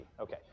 Okay